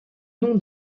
nom